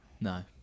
No